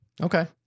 Okay